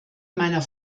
meiner